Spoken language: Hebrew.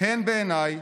הם בעיניי